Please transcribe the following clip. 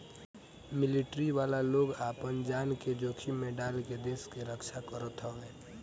military वाला लोग आपन जान के जोखिम में डाल के देस के रक्षा करत हवे